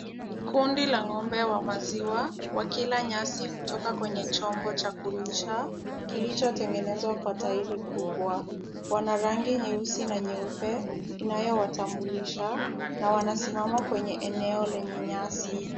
Kundi la ng'ombe wa maziwa wakila nyasi kutoka kwenye chombo cha kulisha, kilichotengenezwa kwa tairi kubwa. Wana rangi nyeusi na nyeupe inayowatambulisha na wanasimama kwenye eneo lenye nyasi.